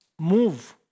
move